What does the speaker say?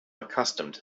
accustomed